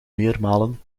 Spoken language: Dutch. meermalen